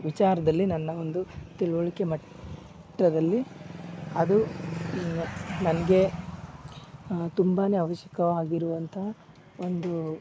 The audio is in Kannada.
ವಿಚಾರದಲ್ಲಿ ನನ್ನ ಒಂದು ತಿಳುವಳಿಕೆ ಮಟ್ಟದಲ್ಲಿ ಅದು ನನಗೆ ತುಂಬಾನೇ ಅವಶ್ಯಕವಾಗಿರುವಂತಹ ಒಂದು